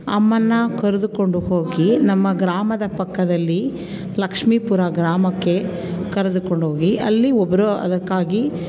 ಅಮ್ಮನನ್ನ ಕರೆದುಕೊಂಡು ಹೋಗಿ ನಮ್ಮ ಗ್ರಾಮದ ಪಕ್ಕದಲ್ಲಿ ಲಕ್ಷ್ಮಿಪುರ ಗ್ರಾಮಕ್ಕೆ ಕರೆದುಕೊಂಡು ಹೋಗಿ ಅಲ್ಲಿ ಒಬ್ಬರು ಅದಕ್ಕಾಗಿ